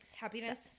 happiness